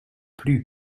plus